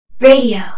Radio